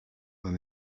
than